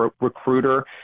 recruiter